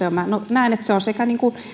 näen että se on sekä